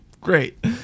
great